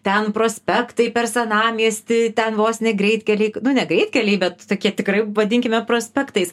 ten prospektai per senamiestį ten vos ne greitkeliai nu ne greitkeliai bet tokie tikrai vadinkime prospektais